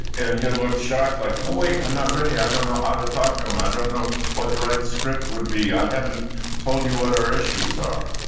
and he'll look shocked, like, oh, wait. i'm not ready. i don't know how to talk them. i don't know what the right script would be. i haven't told you what our issues are.